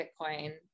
Bitcoin